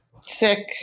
sick